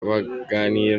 baganira